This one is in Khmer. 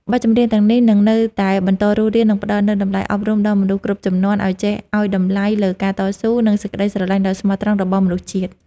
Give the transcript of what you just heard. បទចម្រៀងទាំងនេះនឹងនៅតែបន្តរស់រាន និងផ្ដល់នូវតម្លៃអប់រំដល់មនុស្សគ្រប់ជំនាន់ ឱ្យចេះឱ្យតម្លៃលើការតស៊ូ និងសេចក្តីស្រឡាញ់ដ៏ស្មោះត្រង់របស់មនុស្សជាតិ។